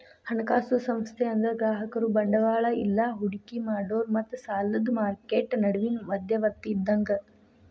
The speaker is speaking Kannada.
ಹಣಕಾಸು ಸಂಸ್ಥೆ ಅಂದ್ರ ಗ್ರಾಹಕರು ಬಂಡವಾಳ ಇಲ್ಲಾ ಹೂಡಿಕಿ ಮಾಡೋರ್ ಮತ್ತ ಸಾಲದ್ ಮಾರ್ಕೆಟ್ ನಡುವಿನ್ ಮಧ್ಯವರ್ತಿ ಇದ್ದಂಗ